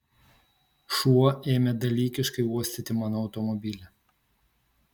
šuo ėmė dalykiškai uostyti mano automobilį